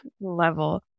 level